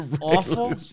awful